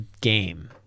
game